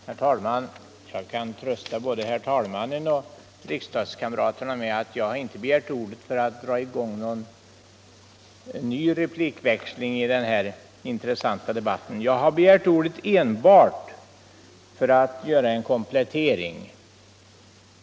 Herr talman! Jag kan trösta både herr talmannen och riksdagskamraterna med att jag inte har begärt ordet för att dra i gång en ny replikväxling i den här intressanta debatten. Jag har begärt ordet enbart för att göra en komplettering.